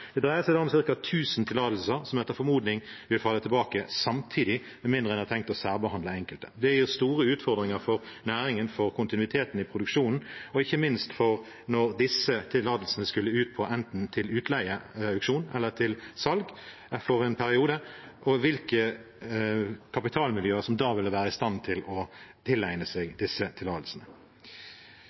Det dreier seg om ca. 1 000 tillatelser, som etter formodning vil tilbakefalle samtidig – med mindre man har tenkt å særbehandle enkelte. Det gir store utfordringer for næringen, for kontinuiteten i produksjonen og ikke minst – når disse tillatelsene skal ut på enten utleieauksjon eller salg for en periode – for hvilke kapitalmiljøer som da vil være i stand til å tilegne seg disse tillatelsene.